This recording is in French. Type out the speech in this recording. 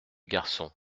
garçon